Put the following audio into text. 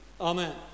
Amen